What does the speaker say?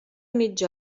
mitja